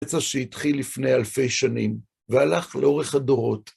שהתחיל לפני אלפי שנים, והלך לאורך הדורות.